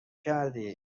کردی